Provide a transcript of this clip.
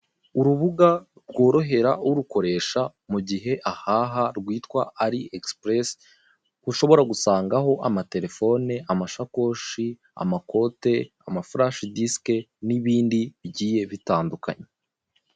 Urubuga rworohera urukoresha mugihe ahaha rwitwa AliExpress ushobora gusangaho amaterefone, amashakoshi, amakote, ama flash disk n'ibindi bigiye bitandukanye.